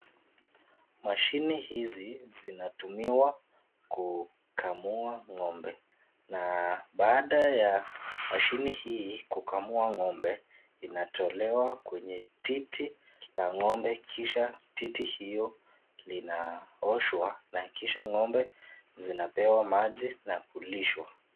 Mashini hizi zinatumiwa kukamua Ng'ombe, na baada ya mashini hii kukamua Ng'ombe, zinatolewa kwenye titi la Ng'ombe Kisha titi hiyo linaoshwa na kisha Ng'ombe zinapewa maji na kulishwa.